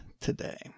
today